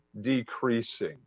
decreasing